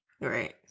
right